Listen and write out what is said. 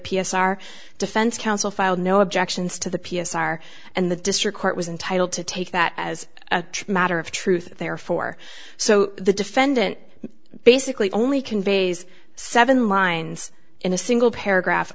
counsel filed no objections to the p s r and the district court was entitled to take that as a matter of truth therefore so the defendant basically only conveys seven lines in a single paragraph